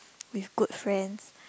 with good friends